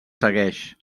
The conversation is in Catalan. segueix